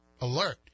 alert